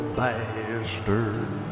bastard